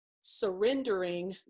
surrendering